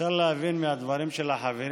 אפשר להבין מהדברים של החברים